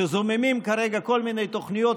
שזוממים כרגע כל מיני תוכניות,